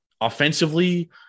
offensively